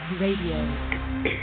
Radio